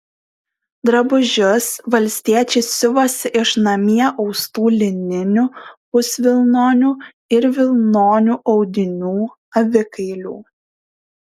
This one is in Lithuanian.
drabužius valstiečiai siuvosi iš namie austų lininių pusvilnonių ir vilnonių audinių avikailių